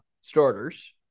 starters